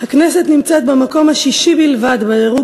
הכנסת נמצאת במקום השישי בלבד בדירוג